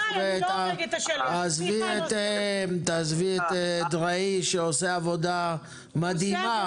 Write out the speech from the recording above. עזבי את אדרעי שעושה עבודה מדהימה בייצוג המדינה.